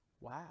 Wow